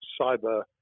cyber